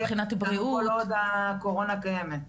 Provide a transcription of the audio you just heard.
מבחינת בריאות, הוא יפעל כל עוד הקורונה קיימת.